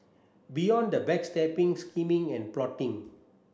beyond the backstabbing scheming and plotting